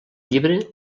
llibre